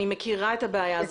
אני מכירה את הבעיה.